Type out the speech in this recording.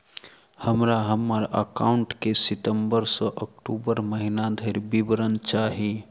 हमरा हम्मर एकाउंट केँ सितम्बर सँ अक्टूबर महीना धरि विवरण चाहि?